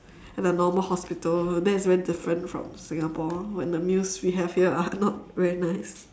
at a normal hospital that's very different from singapore where the meals we have here are not very nice